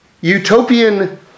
utopian